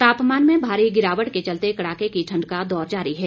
तापमान में भारी गिरावट के चलते कड़ाके की ठण्ड का दौर जारी है